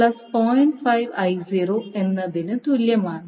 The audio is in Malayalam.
5 I0 എന്നതിന് തുല്യമാണ്